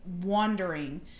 wandering